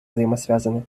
взаимосвязаны